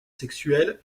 sexuel